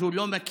אז הוא לא מכיר.